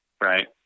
right